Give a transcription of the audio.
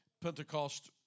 Pentecost